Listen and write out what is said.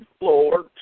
Lord